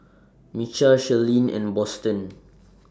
Micah Shirleen and Boston